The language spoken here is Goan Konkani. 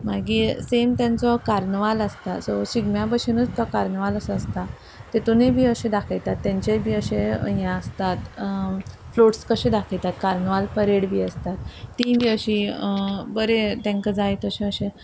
मागीर सेम तांचो कार्नवाल आसता सो शिगम्या भशेनूच तो कार्नवाल असो आसता तेतुनूय बी अशे दाखयतात तेंचेय बी अशे हे आसतात फ्लोट्स कशें दाखयतात कार्नवाल परेड बी आसतात ती बी अशी बरें तांकां जाय तशें अशें